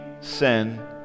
sin